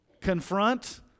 Confront